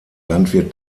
landwirt